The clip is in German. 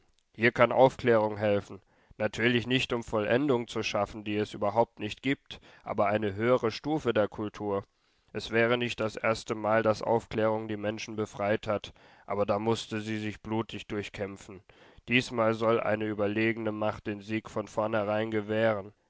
hier kann aufklärung helfen natürlich nicht um vollendung zu schaffen die es überhaupt nicht gibt aber eine höhere stufe der kultur es wäre nicht das erste mal daß aufklärung die menschen befreit hat aber da mußte sie sich blutig durchkämpfen diesmal soll eine überlegene macht den sieg von vornherein gewähren